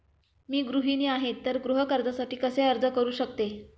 मी गृहिणी आहे तर गृह कर्जासाठी कसे अर्ज करू शकते?